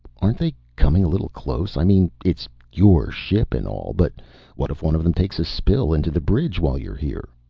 aren't they coming a little close? i mean it's your ship and all, but what if one of them takes a spill into the bridge while you're here?